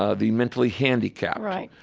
ah the mentally handicapped, right,